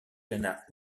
ghana